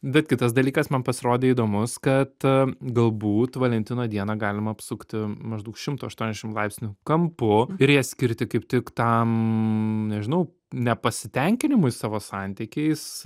bet kitas dalykas man pasirodė įdomus kad galbūt valentino dieną galima apsukti maždaug šimto aštuoniasdešim laipsnių kampu ir ją skirti kaip tik tam nežinau nepasitenkinimui savo santykiais